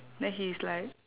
then he's like